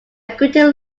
gritting